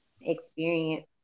experience